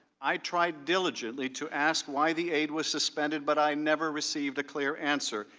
i tried diligently to ask why the aide was suspended but i never received a clear answer.